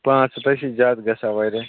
پانٛژھ ہَتھ حظ چھِ زیادٕ گژھان واریاہ